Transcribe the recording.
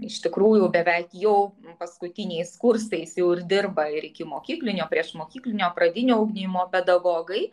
iš tikrųjų beveik jau paskutiniais kursais jau ir dirba ir ikimokyklinio priešmokyklinio pradinio ugdymo pedagogai